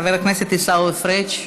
חבר הכנסת עיסאווי פריג'